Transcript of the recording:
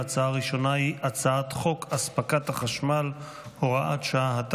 ההצעה הראשונה היא הצעת חוק אספקת החשמל (הוראת שעה),